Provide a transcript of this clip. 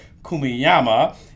Kumiyama